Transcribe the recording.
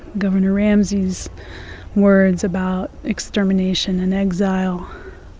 governor ramsey's words about extermination and exile.